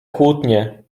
kłótnie